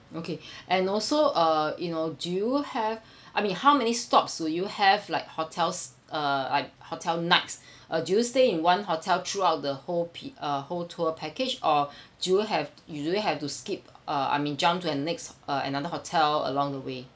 okay and also uh you know do you have I mean how many stops will you have like hotels uh I hotel nights do we stay in one hotel throughout the whole pe~ uh whole tour package or do you have do we have to skip uh I mean jump to the next uh another hotel along the way